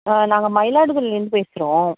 ஆ நாங்கள் மயிலாடுதுறையில இருந்து பேசுகிறோம்